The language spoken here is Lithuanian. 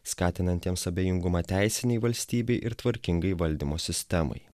skatinantiems abejingumą teisinei valstybei ir tvarkingai valdymo sistemai